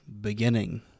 Beginning